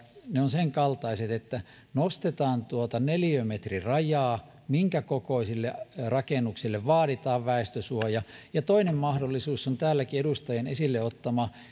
ne mahdollisuudet ovat senkaltaiset että nostetaan tuota neliömetrirajaa minkä kokoisille rakennuksille vaaditaan väestönsuoja ja toinen mahdollisuus on täälläkin edustajien esille ottama